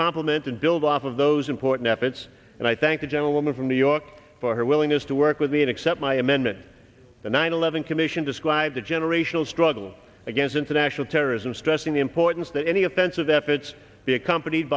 complement and build off of those important efforts and i thank the gentleman from new york for her willingness to work with me and accept my amendment the nine eleven commission described a generational struggle against international terrorism stressing the importance that any offensive efforts be accompanied